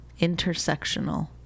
Intersectional